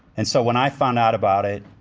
and so when i found out about it,